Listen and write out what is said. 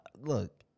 Look